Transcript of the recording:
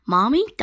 Mommy